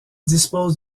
dispose